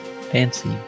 fancy